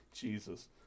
jesus